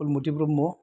Phulmati Brahma